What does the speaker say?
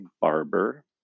barber